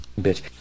bitch